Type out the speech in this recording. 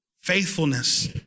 faithfulness